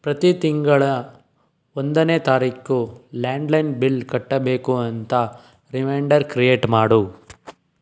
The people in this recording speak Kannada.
ಪ್ರತಿ ತಿಂಗಳ ಒಂದನೇ ತಾರೀಖು ಲ್ಯಾಂಡ್ಲೈನ್ ಬಿಲ್ ಕಟ್ಟಬೇಕು ಅಂತ ರಿಮೈಂಡರ್ ಕ್ರಿಯೇಟ್ ಮಾಡು